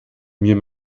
mir